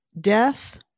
Death